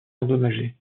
endommagée